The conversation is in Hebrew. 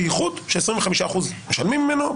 בייחוד ש-25% משלמים ממנו.